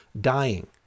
dying